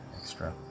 extra